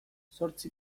zortzi